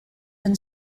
been